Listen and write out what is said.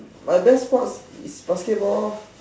my best sport is basketball lor